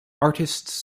artists